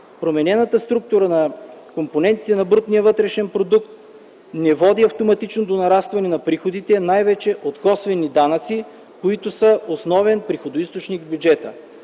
променената структура на компонентите на брутния вътрешен продукт не води автоматично до нарастване на приходите най-вече от косвени данъци, които са основен приходоизточник в бюджета.